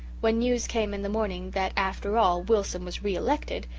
when news came in the morning that after all wilson was re-elected,